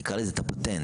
נקרא לזה את הפטנט,